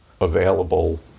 available